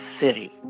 city